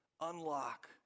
unlock